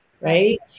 right